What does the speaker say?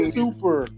super